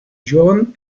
john